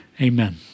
Amen